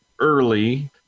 early